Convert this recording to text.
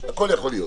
הכול יכול להיות.